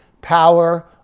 power